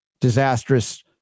disastrous